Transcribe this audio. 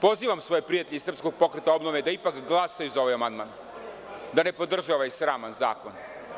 Pozivam svoje prijatelje iz SPO da ipak glasaju za ovaj amandman, da ne podrže ovaj sraman zakon.